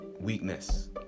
weakness